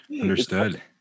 Understood